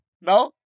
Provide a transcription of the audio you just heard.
No